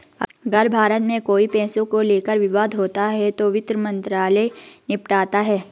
अगर भारत में कोई पैसे को लेकर विवाद होता है तो वित्त मंत्रालय निपटाता है